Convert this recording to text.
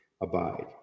abide